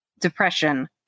Depression